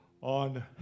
on